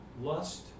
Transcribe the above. lust